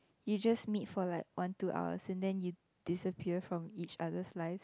you just meet for like one two hours and then you disappear from each other's lives